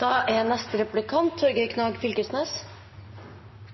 Det første spørsmålet til statsråden er: